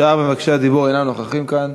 שאר מבקשי הדיבור אינם נוכחים כאן.